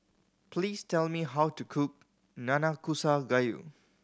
please tell me how to cook Nanakusa Gayu